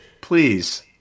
Please